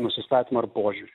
nusistatymą ar požiūrį